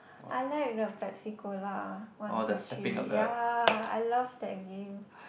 I like the Pepsi Cola one two three ya I love that game